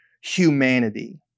humanity